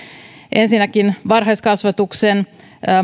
ensinnäkin varhaiskasvatuksen